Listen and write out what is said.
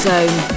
Zone